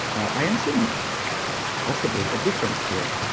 i am seeing possibly a difference here.